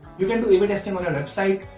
you can do a b testing on your website,